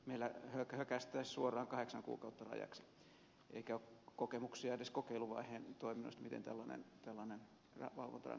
meillä hökästäisiin suoraan kahdeksan kuukautta rajaksi eikä ole kokemuksia edes kokeiluvaiheen toiminnoista siitä miten tällainen valvontarangaistus toimisi